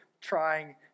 trying